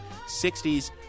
60s